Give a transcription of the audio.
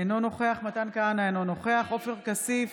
אינו נוכח מתן כהנא, אינו נוכח עופר כסיף,